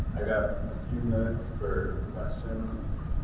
i've got a few minutes for questions,